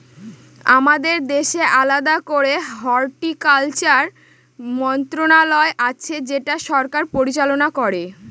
আমাদের দেশে আলাদা করে হর্টিকালচারের মন্ত্রণালয় আছে যেটা সরকার পরিচালনা করে